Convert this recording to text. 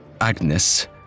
agnes